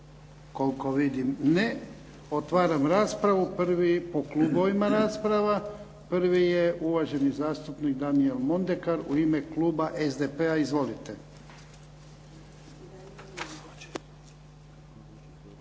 Koliko vidim ne. Otvaram raspravu. Prvi po klubovima rasprava. Prvi je uvaženi zastupnik Daniel Mondekar u ime kluba SDP-a. Izvolite.